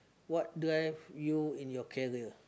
what drive you in your career